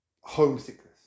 homesickness